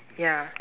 ya